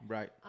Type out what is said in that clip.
Right